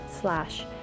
slash